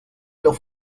los